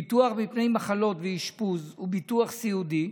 ביטוח מפני מחלות ואשפוז וביטוח סיעודי,